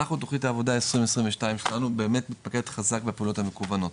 אנחנו תוכנית העבודה 2022 שלנו באמת מתמקדת חזק בפעולות המקוונות,